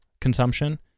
consumption